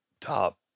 top